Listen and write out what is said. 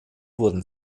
wurden